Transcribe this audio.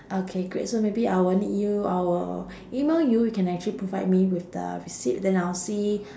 okay great so maybe I will need you I will email you you can actually provide me with the receipt then I'll see